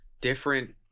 different